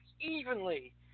evenly